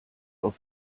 auf